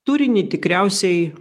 turinį tikriausiai